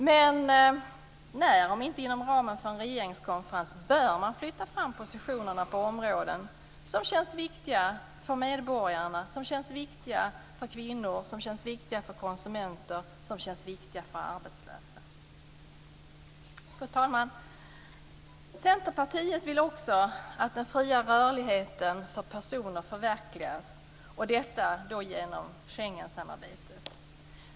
Men när - om inte inom ramen för en regeringskonferens - bör man flytta fram positionerna på områden som känns viktiga för medborgarna - som känns viktiga för kvinnor, för konsumenter och för arbetslösa? Fru talman! Centerpartiet vill också att den fria rörligheten för personer förverkligas; detta genom Schengensamarbetet.